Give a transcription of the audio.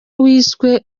wiswe